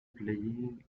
playing